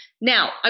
Now